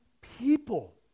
people